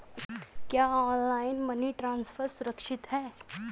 क्या online money transfer सुरक्षित है?